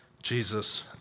jesus